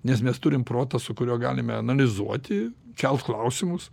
nes mes turim protą su kuriuo galime analizuoti kelt klausimus